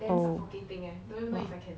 oh !wah!